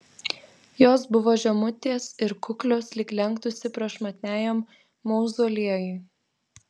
jos buvo žemutės ir kuklios lyg lenktųsi prašmatniajam mauzoliejui